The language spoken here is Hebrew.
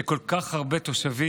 של כל כך הרבה תושבים